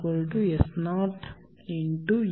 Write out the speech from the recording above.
SnS0ei